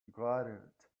gradient